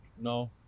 No